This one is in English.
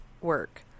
work